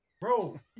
Bro